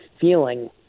feeling